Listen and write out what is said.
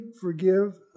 forgive